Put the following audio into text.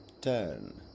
turn